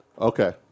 Okay